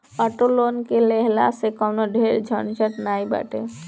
auto loan के लेहला में कवनो ढेर झंझट नाइ बाटे